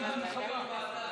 כיו"ר הוועדה,